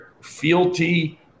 fealty